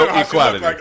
equality